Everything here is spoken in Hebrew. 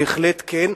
בהחלט כן,